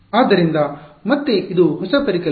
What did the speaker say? ಆದ್ದರಿಂದ ಮತ್ತೆ ಇದು ಹೊಸ ಪರಿಕಲ್ಪನೆ